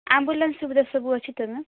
ambulance ସୁବିଧା ସବୁ ଅଛି ତ ମ୍ୟାମ୍